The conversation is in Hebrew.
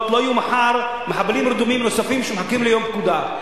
לא יהיו מחר מחבלים רדומים נוספים שמחכים ליום פקודה,